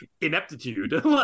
ineptitude